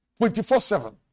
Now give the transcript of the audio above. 24-7